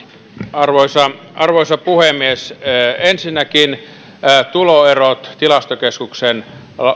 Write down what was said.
arvoisa arvoisa puhemies ensinnäkin tuloerot tilastokeskuksen